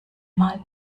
mal